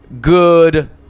good